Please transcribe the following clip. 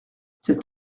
cet